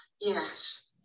Yes